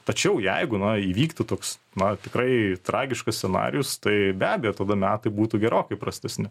tačiau jeigu na įvyktų toks na tikrai tragiškas scenarijus tai be abejo tada metai būtų gerokai prastesni